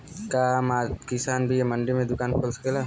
का आम किसान भी मंडी में दुकान खोल सकेला?